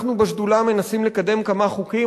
אנחנו בשדולה מנסים לקדם כמה חוקים,